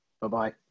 Bye-bye